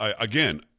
again